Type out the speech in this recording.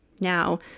Now